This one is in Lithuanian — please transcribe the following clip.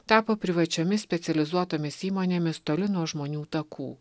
tapo privačiomis specializuotomis įmonėmis toli nuo žmonių takų